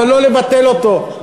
אבל לא לבטל אותו.